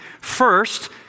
First